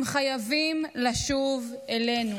הם חייבים לשוב אלינו.